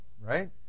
right